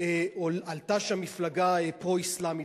עלתה שם מפלגה פרו-אסלאמית.